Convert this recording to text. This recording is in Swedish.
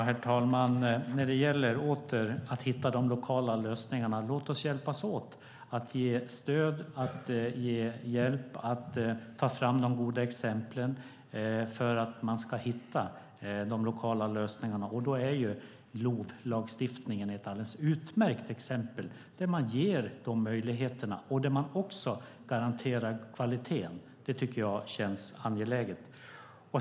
Herr talman! Låt oss hjälpas åt för att hitta de lokala lösningarna genom att ge stöd och hjälp och ta fram de goda exemplen. LOV är ett alldeles utmärkt exempel. Där ges dessa möjligheter och dessutom garanteras kvaliteten. Det tycker jag känns angeläget.